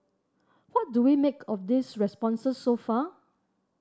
what do we make of these responses so far